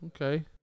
Okay